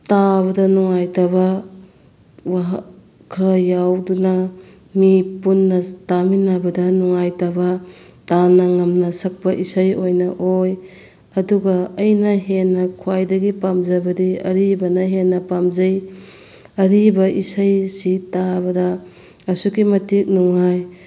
ꯇꯥꯕꯗ ꯅꯨꯡꯉꯥꯏꯇꯕ ꯈꯔ ꯌꯥꯎꯕꯗꯨꯅ ꯃꯤ ꯄꯨꯟꯅ ꯇꯥꯃꯤꯟꯅꯕꯗ ꯅꯨꯡꯉꯥꯏꯇꯕ ꯇꯥꯟꯅ ꯉꯝꯅ ꯁꯛꯄ ꯏꯁꯩ ꯑꯣꯏꯅ ꯑꯣꯏ ꯑꯗꯨꯒ ꯑꯩꯅ ꯍꯦꯟꯅ ꯈ꯭ꯋꯥꯏꯗꯒꯤ ꯍꯦꯟꯅ ꯄꯥꯝꯖꯕꯗꯤ ꯑꯔꯤꯕꯅ ꯍꯦꯟꯅ ꯄꯥꯝꯖꯩ ꯑꯔꯤꯕ ꯏꯁꯩꯁꯤ ꯇꯥꯕꯗ ꯑꯁꯨꯛꯀꯤ ꯃꯇꯤꯛ ꯅꯨꯡꯉꯥꯏ